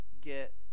get